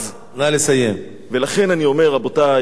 ולכן, אני אומר: רבותי, די לצביעות.